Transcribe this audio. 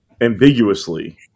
ambiguously